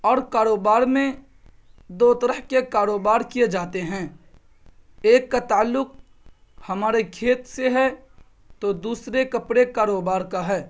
اور کاروبار میں دو طرح کے کاروبار کئے جاتے ہیں ایک کا تعلق ہمارے کھیت سے ہے تو دوسرے کپڑے کاروبار کا ہے